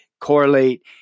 correlate